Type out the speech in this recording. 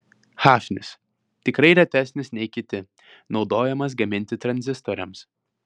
hafnis tikrai retesnis nei kiti naudojamas gaminti tranzistoriams